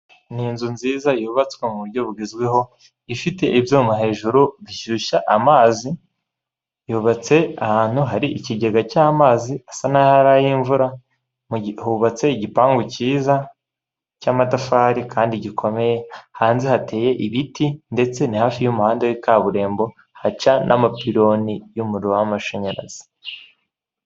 Ni inzu nziza yubatswe mu buryo bugezweho, ifite ibyuma hejuru bishyushya amazi, yubatse ahantu hari ikigega cy'amazi asa naho ari ay'imvura, hubatse igipangu cyiza cy'amatafari kandi gikomeye, hanze hateye ibiti ndetse ni hafi y'umuhanda wa kaburimbo, haca n'amapironi y'umuriro w'amashanyarazi.